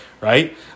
Right